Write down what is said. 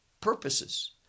purposes